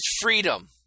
freedom